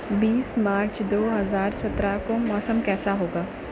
بیس March دو ہزار سترہ کو موسم کیسا ہوگا